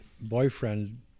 boyfriend